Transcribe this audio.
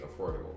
affordable